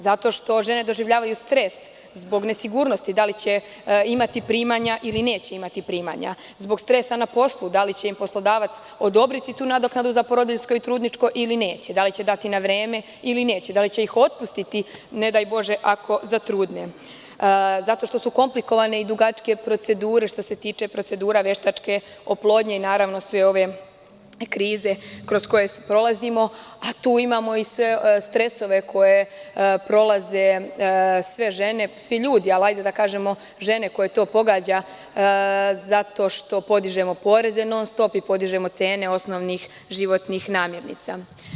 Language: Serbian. Zato što žene doživljavaju stres zbog nesigurnosti, da li će imati primanja ili neće imati, zbog stresa na poslu, da li će im poslodavac odobriti tu nadoknadu za porodiljsko i trudničko, ili neće, da li će dati na vreme ili neće, da li će ih otpustiti, ne daj Bože, ako zatrudne, zato što su komplikovane i dugačke procedure, što se tiče procedure veštačke oplodnje i naravno sve ove krize kroz koje prolazimo, a tu imamo i stresove koje prolaze sve žene i ljudi, žene koje to pogađa, to što podižemo poreze i cene osnovnih životnih namirnica.